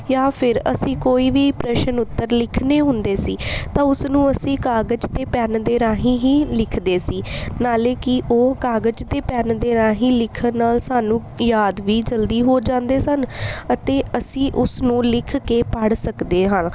ਜਾਂ ਫਿਰ ਅਸੀਂ ਕੋਈ ਵੀ ਪ੍ਰਸ਼ਨ ਉੱਤਰ ਲਿਖਣੇ ਹੁੰਦੇ ਸੀ ਤਾਂ ਉਸਨੂੰ ਅਸੀਂ ਕਾਗਜ਼ ਅਤੇ ਪੈਨ ਦੇ ਰਾਹੀਂ ਹੀ ਲਿਖਦੇ ਸੀ ਨਾਲ ਕੀ ਉਹ ਕਾਗਜ਼ 'ਤੇ ਪੈਨ ਦੇ ਰਾਹੀਂ ਲਿਖਣ ਨਾਲ ਸਾਨੂੰ ਯਾਦ ਵੀ ਜਲਦੀ ਹੋ ਜਾਂਦੇ ਸਨ ਅਤੇ ਅਸੀਂ ਉਸਨੂੰ ਲਿਖ ਕੇ ਪੜ੍ਹ ਸਕਦੇ ਹਾਂ